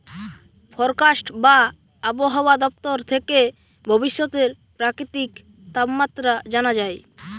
forecast বা আবহায়া দপ্তর থেকে ভবিষ্যতের প্রাকৃতিক তাপমাত্রা জানা যায়